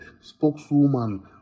spokeswoman